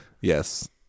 Yes